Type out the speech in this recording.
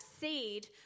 seed